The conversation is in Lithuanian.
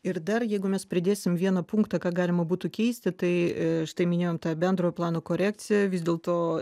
ir dar jeigu mes pridėsim vieną punktą ką galima būtų keisti tai štai minėjom tą bendrojo plano korekciją vis dėlto